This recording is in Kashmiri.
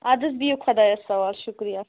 اَدٕ حظ بِہِو خۄدایَس حوال شُکریہ